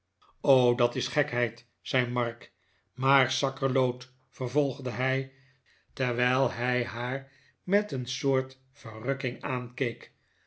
dat is gekheid zei mark maar sakkerloot vervolgde hij terwijl hij haar met een soort verrukking aankeek